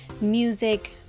music